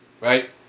right